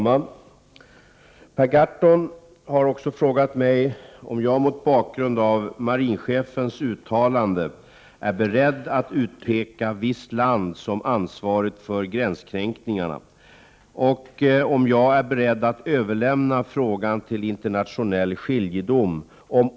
Marinchefen har offentligt utpekat Sovjetunionen som ansvarigt för de påstådda pågående u-båtskränkningarna. Från försvarsledningen har samtidigt sagts att bevis saknas.